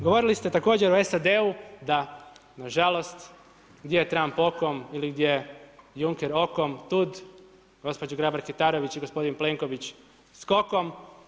Govorili ste također o SAD-u da nažalost, gdje Trump okom, ili gdje Juncker okom, tud gospođa Grabar-Kitarović i gospodin Plenković skokom.